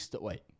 Wait